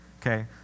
Okay